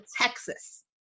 Texas